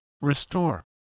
restore